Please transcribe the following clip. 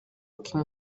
kim